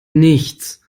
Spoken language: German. nichts